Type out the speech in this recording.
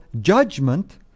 judgment